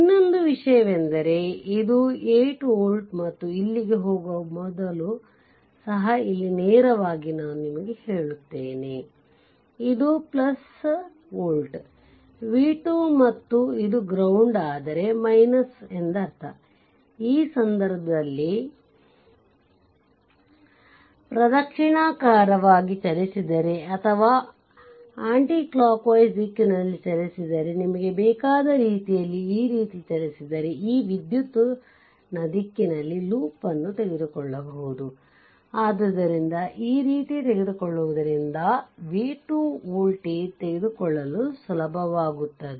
ಇನ್ನೊಂದು ವಿಷಯವೆಂದರೆ ಇದು 8 ವೋಲ್ಟ್ ಮತ್ತು ಇಲ್ಲಿಗೆ ಹೋಗುವ ಮೊದಲು ಸಹ ಇಲ್ಲಿ ನೇರವಾಗಿ ನಾನು ನಿಮಗೆ ಹೇಳುತ್ತೇನೆ ಇದು ವೋಲ್ಟೇಜ್ v2 ಮತ್ತು ಇದು ಗ್ರೌಂಡ್ ಅಂದರೆ ಎಂದರ್ಥ ಈ ಸಂದರ್ಭದಲ್ಲಿ ಪ್ರದಕ್ಷಿಣಾಕಾರವಾಗಿ ಚಲಿಸಿದರೆ ಅಥವಾ ಆಂಟಿಕ್ಲೋಕ್ಕ್ ವೈಸ್ ದಿಕ್ಕಿನಲ್ಲಿ ಚಲಿಸಿದರೆ ನಿಮಗೆ ಬೇಕಾದ ರೀತಿಯಲ್ಲಿ ಈ ರೀತಿ ಚಲಿಸಿದರೆ ಈ ವಿದ್ಯುತ್ನ ದಿಕ್ಕಿನಲ್ಲಿ ಲೂಪ್ ಅನ್ನು ತೆಗೆದುಕೊಳ್ಳಬಹುದು ಆದ್ದರಿಂದಈ ರೀತಿ ತೆಗೆದುಕೊಳ್ಳುವುದರಿಂದ v2 ವೋಲ್ಟೇಜ್ ತೆಗೆದುಕೊಳ್ಳಲು ಸುಲಭವಾಗುತ್ತವೆ